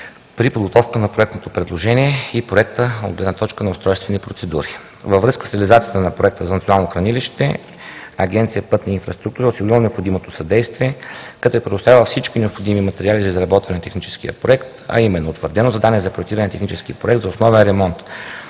при подготовка на проектното предложение и Проекта от гледна точка на устройствени процедури. Във връзка с реализацията на Проекта за национално хранилище Агенция „Пътна инфраструктура“ е осигурила необходимото съдействие, като е предоставила всички необходими материали за изработване на техническия проект, а именно: - утвърдено задание за проектиране на технически проект за основен ремонт